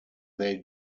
they